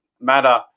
matter